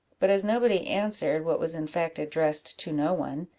but as nobody answered what was in fact addressed to no one,